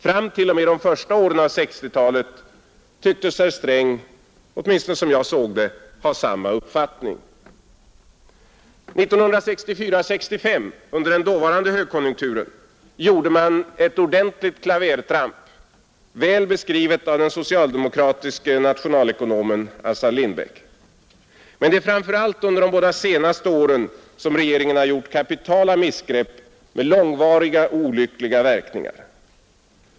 Fram t.o.m. de första åren av 1960-talet tycktes herr Sträng, åtminstone som jag såg det, ha samma uppfattning. 1964—1965, under den dåvarande högkonjunkturen, gjorde man ett ordentligt klavertramp, väl beskrivet av den socialdemokratiske nationalekonomen Assar Lindbeck. Men det är framför allt under de båda senaste åren regeringen har gjort kapitala missgrepp med långvariga olyckliga verkningar.